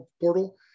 portal